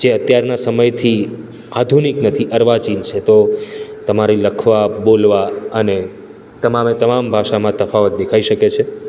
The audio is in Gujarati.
જે અત્યારના સમયથી આધુનિક નથી અર્વાચીન છે તો તમારે લખવા બોલવા અને તમામે તમામ ભાષામાં તફાવત દેખાઈ શકે છે